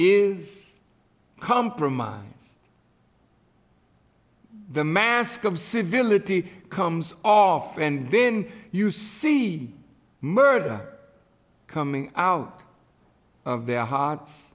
is compromise the mask of civility comes off and then you see murder coming out of their hearts